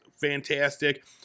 fantastic